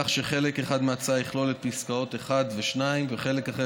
כך שחלק אחד מההצעה יכלול את פסקאות (1) ו-(2) וחלק אחר